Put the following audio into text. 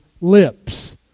lips